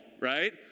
right